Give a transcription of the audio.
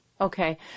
Okay